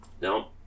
No